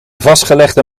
vastgelegde